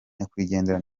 nyakwigendera